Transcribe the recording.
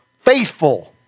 faithful